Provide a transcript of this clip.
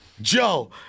joe